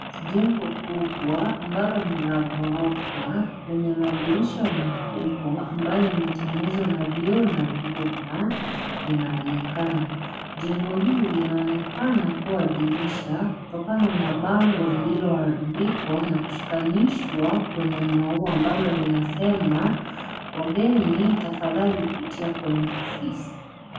Jengo kubwa ambalo ni la ghorofa, lenye madirisha makubwa ambayo yametengenezwa na vioo na vyuma, linaonekana. Jengo hili linaonekana kuwa dirisha kutokana na bango lililoandikwa na kushikanishwa kwenye maua ambalo linasema, "wageni tafadhali pitia kwenye ofisi".